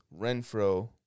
Renfro